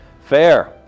Fair